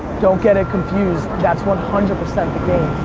don't get it confused. that's one hundred percent the game.